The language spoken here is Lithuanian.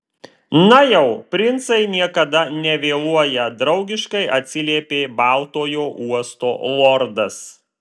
na jau princai niekada nevėluoja draugiškai atsiliepė baltojo uosto lordas